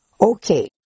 Okay